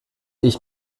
ich